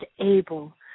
able